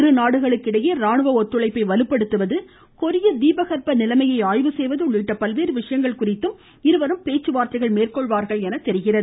இரு நாடுகளுக்கிடையே ராணுவ ஒத்துழைப்பை வலுப்படுத்துவது கொரிய தீபகற்ப நிலைமையை ஆய்வு செய்வது உள்ளிட்ட பல்வேறு விஷயங்கள் குறித்தும் இருவரும் பேச்சுவார்த்தைகள் மேற்கொள்வார்கள் என தெரிகிறது